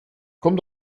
komm